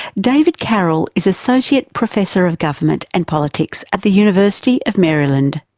david karol is associate professor of government and politics at the university of maryland.